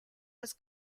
was